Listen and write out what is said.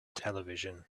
television